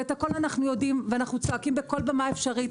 ואת הכול אנחנו יודעים ואנחנו צועקים בכל במה אפשרית,